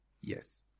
Yes